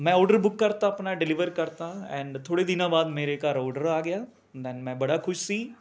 ਮੈਂ order book ਕਰਤਾ ਆਪਣਾ ਡਿਲਿਵਰ ਕਰਤਾ ਐਂਡ ਥੋੜ੍ਹੇ ਦਿਨਾਂ ਬਾਅਦ ਮੇਰੇ ਘਰ ਆਰਡਰ ਆ ਗਿਆ ਦੈਨ ਮੈਂ ਬੜਾ ਖੁਸ਼ ਸੀ